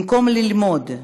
במקום ללמוד,